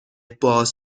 باز